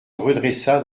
redressa